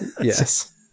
Yes